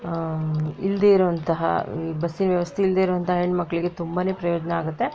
ಇಲ್ಲದೇ ಇರುವಂತಹ ಈ ಬಸ್ಸಿನ ವ್ಯವಸ್ಥೆ ಇಲ್ಲದೇ ಇರುವಂಥ ಹೆಣ್ಣುಮಕ್ಕಳಿಗೆ ತುಂಬನೇ ಪ್ರಯೋಜನ ಆಗತ್ತೆ